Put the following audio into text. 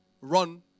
run